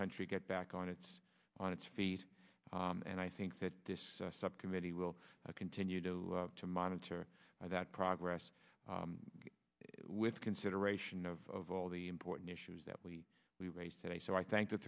country get back on its on its feet and i think that this subcommittee will continue to monitor that progress with consideration of all the important issues that we we raised today so i thank the